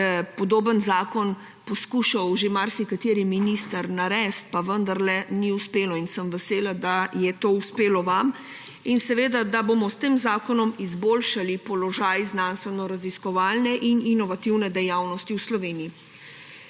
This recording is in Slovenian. podoben zakon poskušal že marsikateri minister narediti, pa vendarle ni uspelo. Vesela sem, da je to uspelo vam in da bomo s tem zakonom izboljšali položaj znanstvenoraziskovalne in inovativne dejavnosti v Sloveniji.